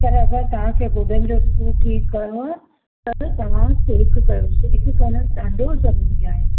पर अगरि तव्हांखे गोॾनि जो सूरु ठीकु करिणो आ त तव्हां सेक कयो सेक करणु ॾाढो ज़रूरी आहे